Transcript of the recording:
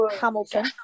Hamilton